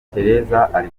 guteka